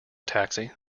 taxi